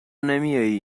نمیایی